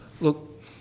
Look